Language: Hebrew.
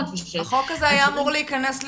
--- החוק הזה היה אמור להיכנס לתוקף,